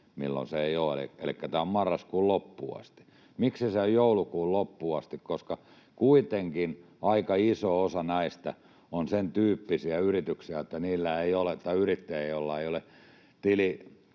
milloin sitä ei ole, elikkä tämä on marraskuun loppuun asti. Miksi se ei ole joulukuun loppuun asti? Kuitenkin aika iso osa näistä on sen tyyppisiä yrittäjiä, että heillä ei ole tilinpäätösjaksot huhtikuun lopulla